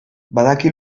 badaki